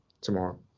tomorrow